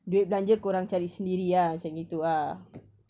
duit belanja kau orang cari sendiri ah macam gitu ah